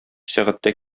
сәгатьтә